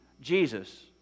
Jesus